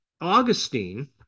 Augustine